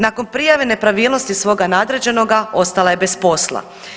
Nakon prijave nepravilnosti svoga nadređenoga ostala je bez posla.